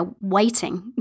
waiting